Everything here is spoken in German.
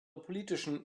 politischen